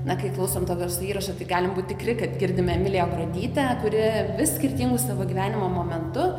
na kai klausom to garso įrašo tai galim būt tikri kad girdime emilija gruodytė kuri vis skirtingu savo gyvenimo momentu